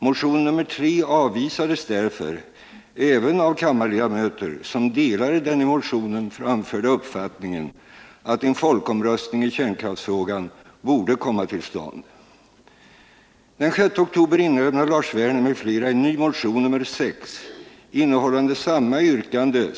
Motionen nr 3 avvisades därför även av kammarledamöter som delade den i motionen framförda uppfattningen att en folkomröstning i kärnkraftsfrågan borde komma till stånd.